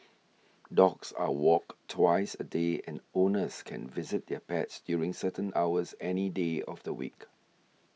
dogs are walked twice a day and owners can visit their pets during certain hours any day of the week